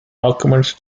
documents